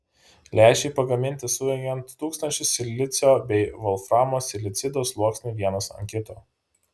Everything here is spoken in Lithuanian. lęšiai pagaminti sujungiant tūkstančius silicio bei volframo silicido sluoksnių vienas ant kito